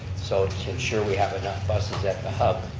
so it's to ensure we have enough buses at the hub,